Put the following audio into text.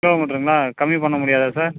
கிலோமீட்டருங்களா கம்மி பண்ண முடியாதா சார்